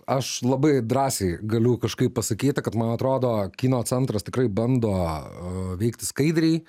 aš labai drąsiai galiu kažkaip pasakyti kad man atrodo kino centras tikrai bando veikti skaidriai